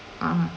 ah